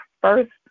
first